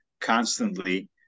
constantly